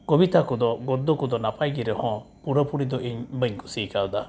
ᱠᱚᱵᱤᱛᱟ ᱠᱚᱫᱚ ᱜᱚᱫᱽᱫᱚ ᱠᱚᱫᱚ ᱱᱟᱯᱟᱭᱜᱮ ᱨᱮᱦᱚᱸ ᱯᱩᱨᱟᱹᱯᱩᱨᱤ ᱫᱚ ᱤᱧ ᱵᱟᱹᱧ ᱠᱩᱥᱤᱭᱠᱟᱣᱫᱟ